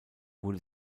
wurde